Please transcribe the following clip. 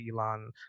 Elon